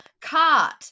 cart